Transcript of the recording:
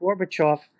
Gorbachev